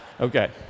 Okay